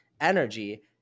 energy